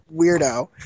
weirdo